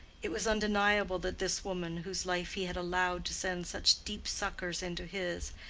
it was undeniable that this woman, whose life he had allowed to send such deep suckers into his,